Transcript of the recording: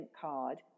card